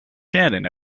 shannon